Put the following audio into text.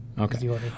Okay